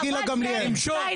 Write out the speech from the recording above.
חבל שאין את שטייניץ,